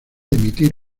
emitir